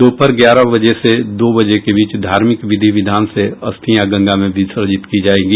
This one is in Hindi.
दोपहर ग्यारह बजे से दो बजे के बीच धार्मिक विधि विधान से अस्थियां गंगा में विसर्जित की जायेंगी